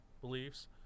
beliefs